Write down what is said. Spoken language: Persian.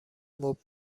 مبل